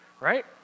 right